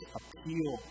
appeal